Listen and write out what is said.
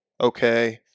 Okay